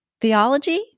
theology